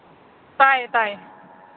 ꯇꯥꯏꯌꯦ ꯇꯥꯏꯌꯦ